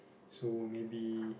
so maybe